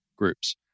Groups